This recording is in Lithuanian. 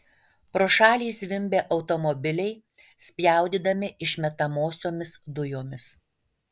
pro šalį zvimbė automobiliai spjaudydami išmetamosiomis dujomis